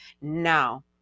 Now